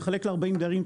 תחלק ל-40 דיירים,